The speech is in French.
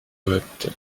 vote